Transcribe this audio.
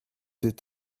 did